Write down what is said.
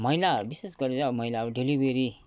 महिला विशेष गरेर महिला अब डेलिभेरी